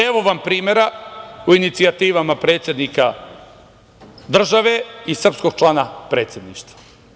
Evo vam primera u inicijativama predsednika države i srpskog člana Predsedništva.